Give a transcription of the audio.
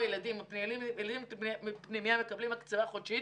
כמו יתר הילדים הילדים בפנימייה מקבלים הקצאה חודשית.